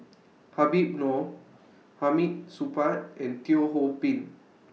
Habib Noh Hamid Supaat and Teo Ho Pin